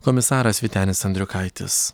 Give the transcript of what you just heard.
komisaras vytenis andriukaitis